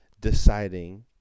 deciding